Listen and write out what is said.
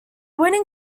winning